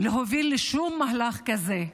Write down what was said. להוביל לשום מהלך כזה.